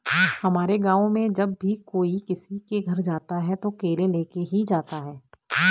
हमारे गाँव में जब भी कोई किसी के घर जाता है तो केले लेके ही जाता है